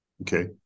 okay